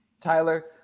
Tyler